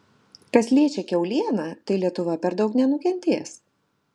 kas liečia kiaulieną tai lietuva per daug nenukentės